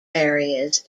areas